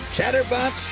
Chatterbox